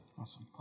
Awesome